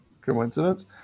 coincidence